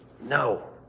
no